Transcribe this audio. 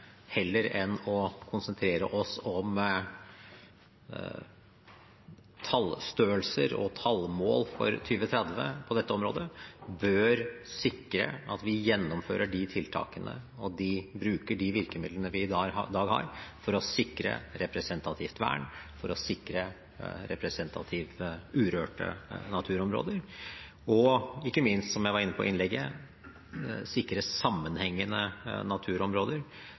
heller enn å konsentrere oss om tallstørrelser og tallmål for 2030 på dette området, bør sikre at vi gjennomfører tiltakene og bruker de virkemidlene vi i dag har for å sikre representativt vern, for å sikre representative urørte naturområder, og ikke minst, som jeg var inne på i innlegget, sikrer sammenhengende naturområder,